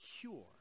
cure